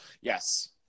Yes